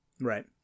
Right